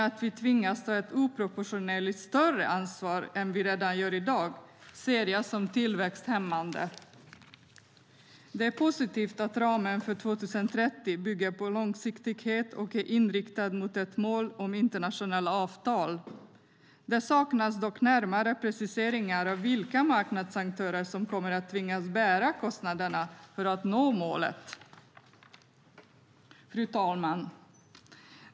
Att vi tvingas ta ett oproportionerligt större ansvar än vi redan i dag gör ser jag dock som tillväxthämmande. Det är positivt att ramen för 2030 bygger på långsiktighet och att man är inriktad mot ett mål om internationella avtal. Det saknas dock närmare preciseringar av vilka marknadsaktörer som kommer att tvingas bära kostnaderna för att nå målet. Fru talman!